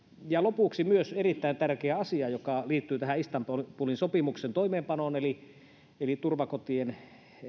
lopuksi myös erittäin tärkeä asia joka liittyy tähän istanbulin sopimuksen toimeenpanoon eli eli turvakotien